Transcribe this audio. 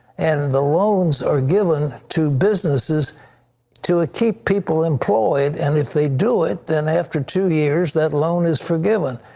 and the loans are given to businesses to ah keep people employed and if they do it, then after two years, that loan is forgiven.